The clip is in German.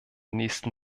nächsten